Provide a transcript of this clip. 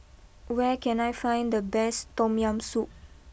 where can I find the best Tom Yam Soup